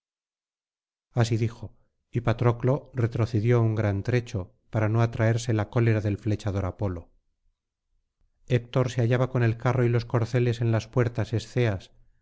así dijo y patroclo retrocedió uñ gran trecho para no atraerse ta cólera del flechador apolo héctor se hallaba con el carro y los corceles en las puertas esceas